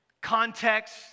context